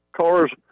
cars